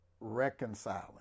reconciling